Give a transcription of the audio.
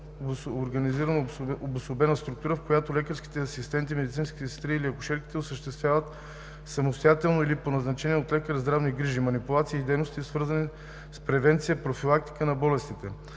организационно обособена структура, в която лекарски асистенти, медицински сестри или акушерки осъществяват самостоятелно или по назначение от лекар здравни грижи, манипулации и дейности, свързани с превенция и профилактика на болестите.